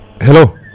Hello